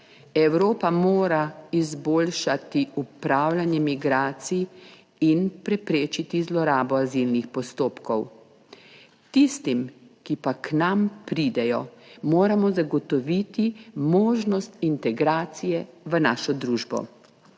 Evropa mora izboljšati upravljanje migracij in preprečiti zlorabo azilnih postopkov. Tistim, ki pa k nam pridejo, moramo zagotoviti možnost integracije v našo družbo.